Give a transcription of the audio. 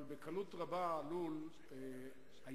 אבל בקלות רבה עלול היה,